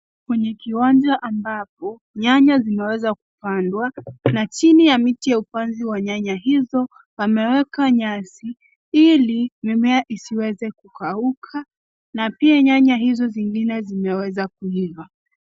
Kwenye kiwanja ambapo nyanya zimeweza kupandwa, na chini ya miti ya upanzi wa nyanya hizo, pamewekwa nyasi ili mimea isiweze kukauka na pia nyanya hizo zingine zimeweza kuiva.